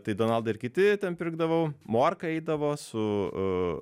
tai donaldą ir kiti ten pirkdavau morka eidavo su